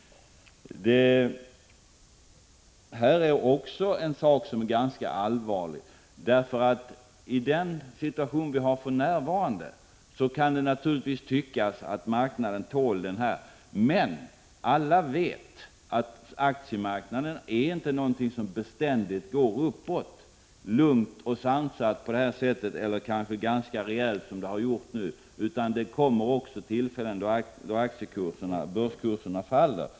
Det här är ett ganska allvarligt problem. I nuvarande situation kan det naturligtvis tyckas att marknaden tål denna höjning. Men alla vet att aktiemarknaden inte ständigt är lugn och sansad eller att värdestegringen inte alltid går uppåt så rejält som den har gjort nu. Det kommer också tillfällen då börskurserna faller.